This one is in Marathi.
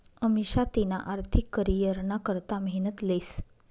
अमिषा तिना आर्थिक करीयरना करता मेहनत लेस